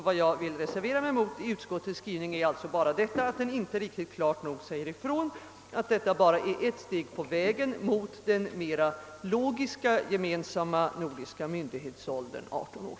Vad jag vill reservera mig mot i utskottets skrivning är alltså att den inte riktigt klart uttrycker att detta bara är ett steg på vägen mot den mera logiska, gemensamma nordiska, myndighetsåldern 18 år.